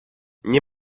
nie